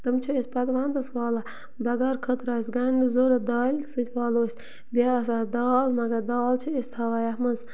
تِم چھِ أسۍ پَتہٕ وَندَس والان بَغارٕ خٲطرٕ آسہِ گَنٛڈٕ ضوٚرَتھ دالہِ سۭتۍ والو أسۍ بیٚیہِ آسان دال مگر دال چھِ أسۍ تھاوان یَتھ منٛز